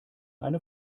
eine